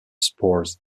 spores